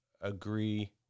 agree